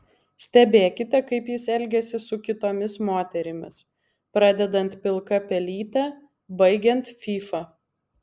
stebėkite kaip jis elgiasi su kitomis moterimis pradedant pilka pelyte baigiant fyfa